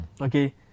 okay